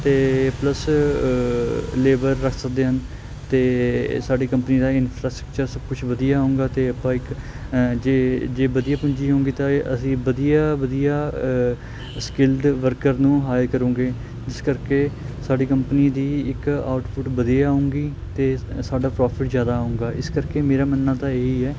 ਅਤੇ plus labour ਰੱਖ ਸਕਦੇ ਹਨ ਅਤੇ ਸਾਡੀ ਕੰਪਨੀ ਦਾ ਇਨਫਰਾਸਟਰਕਚਰ ਸਭ ਕੁਝ ਵਧੀਆ ਹੋਵੇਗਾ ਅਤੇ ਆਪਾਂ ਇੱਕ ਜੇ ਜੇ ਵਧੀਆ ਪੂੰਜੀ ਹੋਵੇਗੀ ਤਾਂ ਇਹ ਅਸੀਂ ਵਧੀਆ ਵਧੀਆ ਸਕਿੱਲਡ ਵਰਕਰ ਨੂੰ ਹਾਇਰ ਕਰੂੰਗੇ ਜਿਸ ਕਰਕੇ ਸਾਡੀ ਕੰਪਨੀ ਦੀ ਇੱਕ ਆਊਟਪੁੱਟ ਵਧੀਆ ਆਵੇਗੀ ਅਤੇ ਸਾਡਾ ਪ੍ਰੋਫਿਟ ਜ਼ਿਆਦਾ ਆਵੇਗਾ ਇਸ ਕਰਕੇ ਮੇਰਾ ਮੰਨਣਾ ਤਾਂ ਇਹ ਹੀ ਹੈ